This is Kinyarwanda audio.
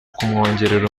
kumwongerera